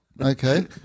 Okay